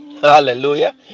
hallelujah